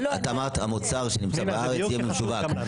את אמרת: המוצר שנמצא בארץ יהיה משווק.